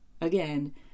again